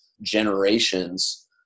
generations